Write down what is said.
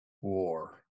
war